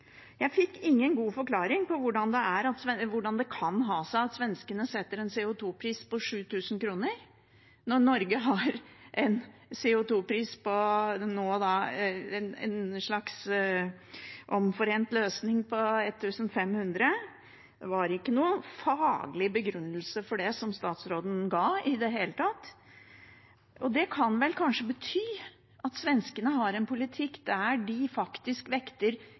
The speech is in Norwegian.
Jeg fikk ingen god forklaring på hvordan det kan ha seg at svenskene setter en CO 2 -pris på 7 000 kr, når Norge nå har en CO 2 -pris, en slags omforent løsning, på 1 500 kr. Det var ikke i det hele tatt noen faglig begrunnelse for det som statsråden ga. Det kan vel kanskje bety at svenskene har en politikk der de faktisk vekter